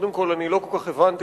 ראשית, לא הבנתי